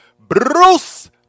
Bruce